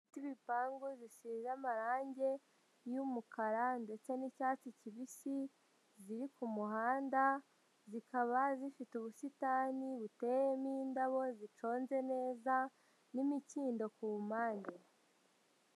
Inzu zifite ibipangu zisize amarangi y'umukara ndetse n'icyatsi kibisi, ziri ku muhanda, zikaba zifite ubusitani buteyemo indabo ziconze neza n'imikindo ku mpande.